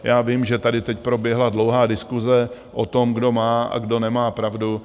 Já vím, že tady teď proběhla dlouhá diskuse o tom, kdo má a kdo nemá pravdu.